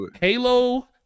halo